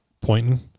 pointing